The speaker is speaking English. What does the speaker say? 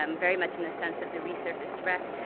um very much in the sense of the resurfaced wreck,